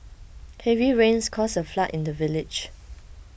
heavy rains caused a flood in the village